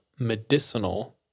medicinal